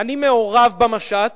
אני מעורב במשט